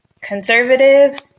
conservative